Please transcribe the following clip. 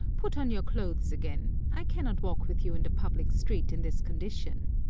put on your clothes again. i cannot walk with you in the public street in this condition.